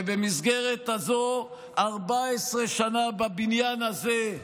ובמסגרת הזו, 14 שנה בבניין הזה,